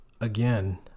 Again